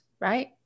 right